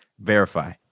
verify